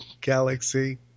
Galaxy